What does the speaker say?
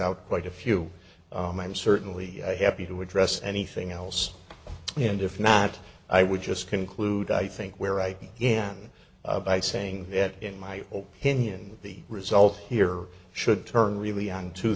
out quite a few i'm certainly happy to address anything else and if not i would just conclude i think where i am by saying that in my opinion the result here should turn really on